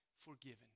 forgiven